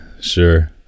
Sure